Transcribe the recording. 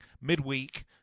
midweek